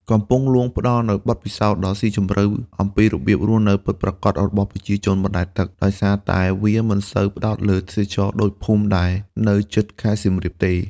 កំពង់លួងផ្តល់នូវបទពិសោធន៍ដ៏ស៊ីជម្រៅអំពីរបៀបរស់នៅពិតប្រាកដរបស់ប្រជាជនបណ្តែតទឹក ដោយសារតែវាមិនសូវផ្តោតលើទេសចរណ៍ដូចភូមិដែលនៅជិតខេត្តសៀមរាបទេ។